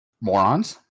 Morons